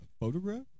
Photograph